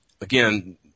Again